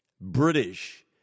British